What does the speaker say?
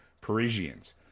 Parisians